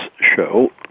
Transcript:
show